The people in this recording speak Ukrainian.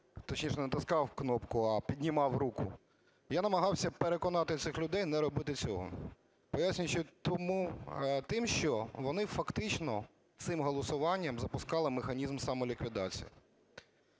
точніше не натискав кнопку, а піднімав руку, я намагався переконати цих людей не робити цього, пояснюючи тим, що вони фактично цим голосуванням запускали механізм самоліквідації.